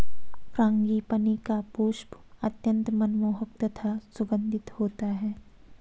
frangipani का पुष्प अत्यंत मनमोहक तथा सुगंधित होता है